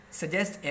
suggest